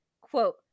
quote